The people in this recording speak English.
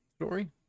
story